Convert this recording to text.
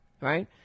right